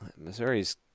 Missouri's